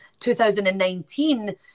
2019